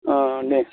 अ दे